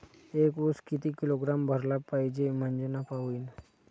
एक उस किती किलोग्रॅम भरला पाहिजे म्हणजे नफा होईन?